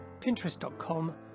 pinterest.com